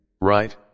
Right